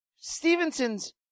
Stevenson's